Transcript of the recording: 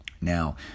Now